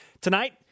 Tonight